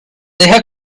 deja